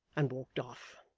and walked off.